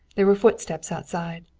there were footsteps outside,